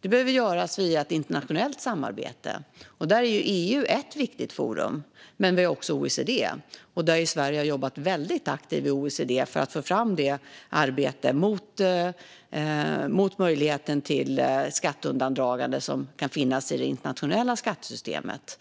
det behöver göras via ett internationellt samarbete. Här är EU ett viktigt forum, men vi har också OECD. Sverige har jobbat väldigt aktivt i OECD för att föra fram arbetet mot den möjlighet till skatteundandragande som kan finnas i det internationella skattesystemet.